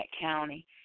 county